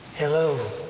hello!